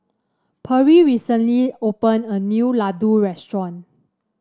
Perri recently opened a new laddu restaurant